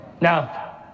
Now